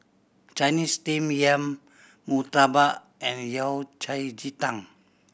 Chinese Steamed Yam murtabak and Yao Cai ji tang